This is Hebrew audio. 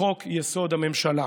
לחוק-יסוד: הממשלה.